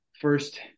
first